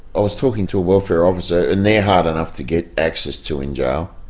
i was talking to a welfare officer and they're hard enough to get access to in jail,